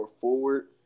forward